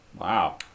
Wow